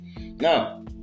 Now